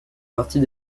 partie